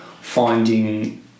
finding